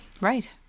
Right